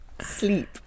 sleep